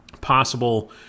possible